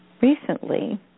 Recently